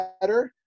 better